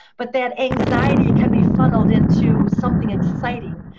but that anxiety can be funneled into something exciting.